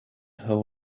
how